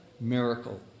miracle